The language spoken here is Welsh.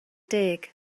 deg